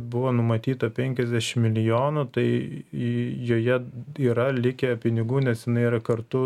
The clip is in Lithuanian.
buvo numatyta penkiasdešim milijonų tai joje yra likę pinigų nes jinai yra kartu